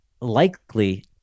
likely